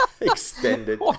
extended